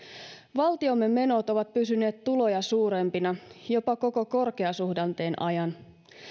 valtiomme menot ovat pysyneet tuloja suurempina jopa koko korkeasuhdanteen ajan